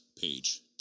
page